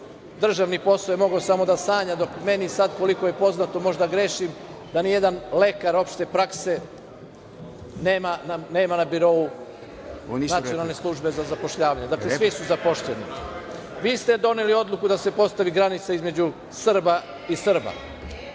Državni posao je mogao samo da sanja, dok meni sada koliko je poznato, možda grešim, da nijedan lekar opšte prakse nema na birou Nacionalne službe za zapošljavanje. Dakle svi su zaposleni. Vi ste doneli odluku da se postavi granica između Srba i Srba.